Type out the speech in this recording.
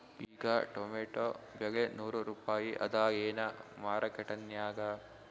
ಈಗಾ ಟೊಮೇಟೊ ಬೆಲೆ ನೂರು ರೂಪಾಯಿ ಅದಾಯೇನ ಮಾರಕೆಟನ್ಯಾಗ?